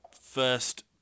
first